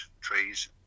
trees